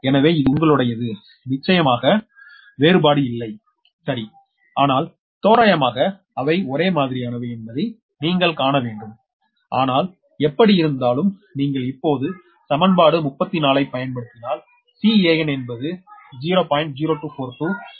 எனவே இது உங்களுடையது நிச்சயமாக வேறுபாடு இல்லை சரி ஆனால் தோராயமாக அவை ஒரே மாதிரியானவை என்பதை நீங்கள் காண வேண்டும் ஆனால் எப்படியிருந்தாலும் நீங்கள் இப்போது சமன்பாடு 34 ஐப் பயன்படுத்தினால் Can என்பது 0